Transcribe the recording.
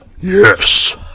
yes